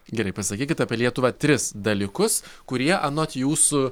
gerai pasakykit apie lietuvą tris dalykus kurie anot jūsų